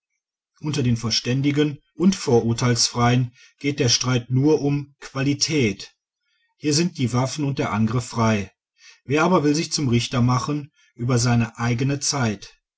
unter den verständigen und vorurteilsfreien geht der streit nur um qualität hier sind die waffen und der angriff frei wer aber will sich zum richter machen über seine eigene zeit